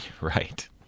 Right